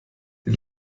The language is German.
die